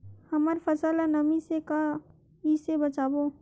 हमर फसल ल नमी से क ई से बचाबो?